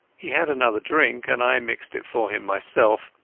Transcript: he had another drink, and i mixed it for him myself,